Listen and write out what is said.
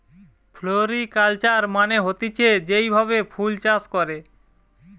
floriculture মানে হতিছে যেই ভাবে ফুল চাষ করে